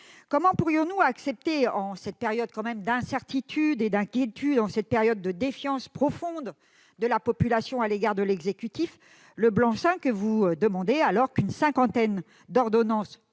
Comment pourrions-nous accepter, en cette période d'incertitude et d'inquiétude, en cette période de défiance profonde de la population à l'égard de l'exécutif, le blanc-seing que vous demandez, alors qu'une cinquantaine d'ordonnances